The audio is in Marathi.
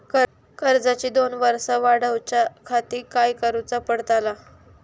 कर्जाची दोन वर्सा वाढवच्याखाती काय करुचा पडताला?